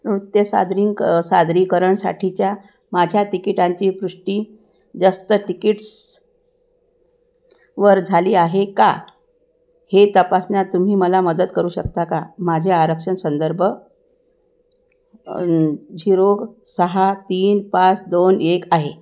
नृत्य सादरींक सादरीकरणासाठीच्या माझ्या तिकिटांची पुष्टी जस्ततिकीट्स वर झाली आहे का हे तपासण्यात तुम्ही मला मदत करू शकता का माझे आरक्षण संदर्भ झिरोग सहा तीन पाच दोन एक आहे